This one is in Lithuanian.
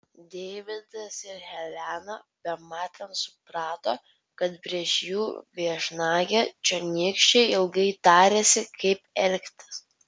deividas ir helena bematant suprato kad prieš jų viešnagę čionykščiai ilgai tarėsi kaip elgtis